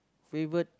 favourite